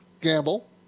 Gamble